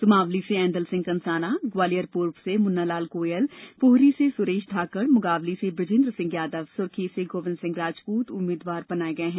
सुमावली से ऐंदल सिंह कंषाना ग्वालियर पूर्व से मुन्नालाल गोयल पोहरी से सुरेश धाकड़ मुंगावली से बृजेंद्र सिंह यादव सुरखी से गोविंद सिंह राजपूत उम्मीदवार बनाए गए हैं